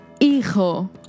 Hijo